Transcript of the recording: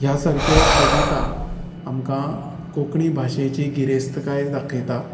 ह्या सारक्यो कविता आमकां कोंकणी भाशेची गिरेस्तकाय दाखयता